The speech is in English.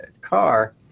car